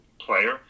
player